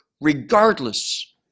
regardless